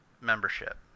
membership